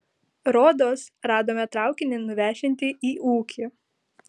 rodos radome traukinį nuvešiantį į ūkį